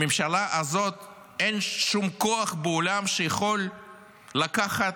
בממשלה הזאת אין שום כוח בעולם שיכול לקחת